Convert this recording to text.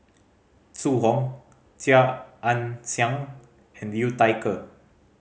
Zhu Hong Chia Ann Siang and Liu Thai Ker